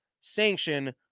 sanction